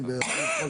רק ערר.